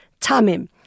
tamim